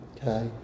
Okay